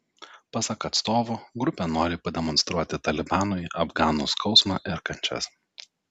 pasak atstovo grupė nori pademonstruoti talibanui afganų skausmą ir kančias